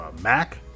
Mac